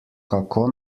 kako